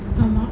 ஆமா:aamaa